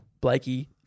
Blakey